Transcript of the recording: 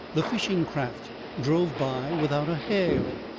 the fishing craft drove by without a hail,